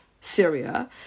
Syria